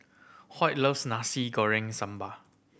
Hoyt loves Nasi Goreng samba